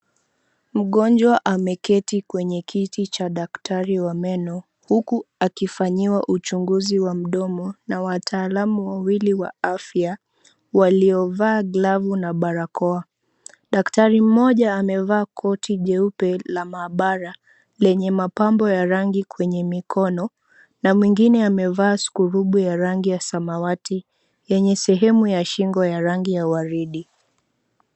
Mgonjwa ameketi kwenye kiti cha daktari wa meno huku akifanyiwa uchunguzi wa mdomo na wataalamu wawili wa afya walio vaa glavu na barakoa. Daktari mmoja amevaa koti jeupe la maabara lenye mapambo ya rangi kwenye mikono na mwingine amevaa skurubu ya rangi ya samawati yenye sehemu ya shingo ya rangi ya waridi.